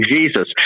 Jesus